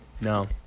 No